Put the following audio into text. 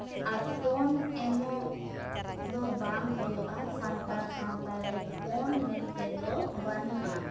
ᱟᱨ ᱯᱚᱱ ᱮᱢᱚᱜ ᱫᱚ ᱵᱟᱝ ᱦᱩᱭᱩᱜᱼᱟ ᱥᱟᱱᱛᱟᱲ ᱥᱟᱶᱛᱟᱨᱮ ᱯᱚᱱ ᱢᱮᱱᱛᱮᱫᱚ ᱵᱟᱹᱱᱩᱜᱼᱟ